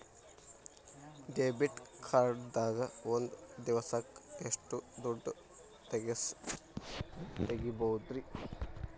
Debit card ದಾಗ ಒಂದ್ ದಿವಸಕ್ಕ ಎಷ್ಟು ದುಡ್ಡ ತೆಗಿಬಹುದ್ರಿ?